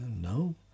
No